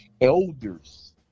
elders